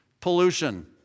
pollution